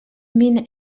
min